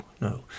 no